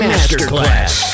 Masterclass